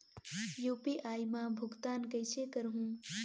UPI मा भुगतान कइसे करहूं?